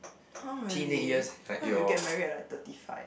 [huh] really how you get married at like thirty five